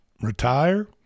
retire